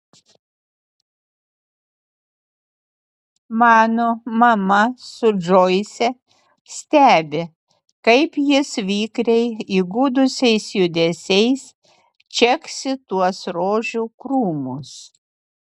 mano mama su džoise stebi kaip jis vikriai įgudusiais judesiais čeksi tuos rožių krūmus